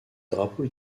drapeau